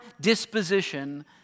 disposition